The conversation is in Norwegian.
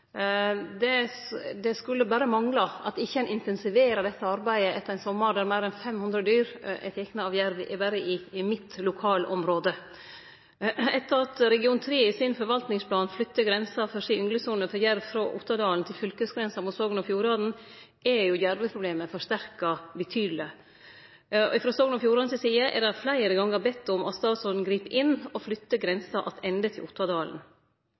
Det skulle berre mangle at ein ikkje intensiverer dette arbeidet etter ein sommar der meir enn 500 dyr er tekne av jerv berre i mitt lokalområde. Etter at region 3 i sin forvaltningsplan flytte grensa for si ynglesone for jerv frå Ottadalen til fylkesgrensa mot Sogn og Fjordane, er jo jervproblemet forsterka betydeleg. Frå Sogn og Fjordanes side er det fleire gonger bedt om at statsråden grip inn og flytter grensa attende til Ottadalen.